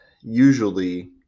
usually